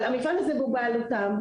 המפעל הזה בבעלותם,